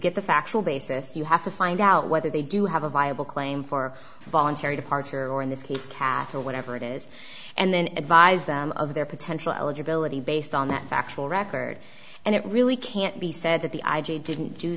get the factual basis you have to find out whether they do have a viable claim for a voluntary departure or in this case cattle whatever it is and then advise them of their potential eligibility based on that factual record and it really can't be said that the i g didn't do